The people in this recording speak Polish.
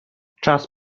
czas